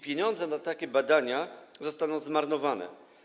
Pieniądze na takie badania zostaną zmarnowane.